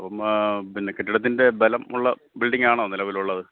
അപ്പോള് പിന്നെ കെട്ടിടത്തിൻ്റെ ബലമുള്ള ബിൽഡിംഗാണോ നിലവിലുള്ളത്